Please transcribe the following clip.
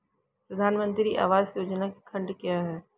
प्रधानमंत्री आवास योजना के खंड क्या हैं?